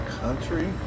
country